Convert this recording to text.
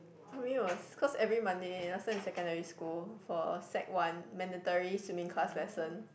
to me was cause every Monday last time in secondary school for sec one mandatory swimming class lesson